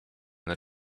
that